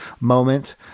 moment